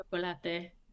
Chocolate